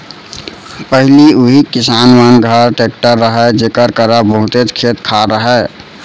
पहिली उही किसान मन घर टेक्टर रहय जेकर करा बहुतेच खेत खार रहय